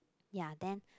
ya then